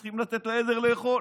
צריכים לתת לעדר לאכול.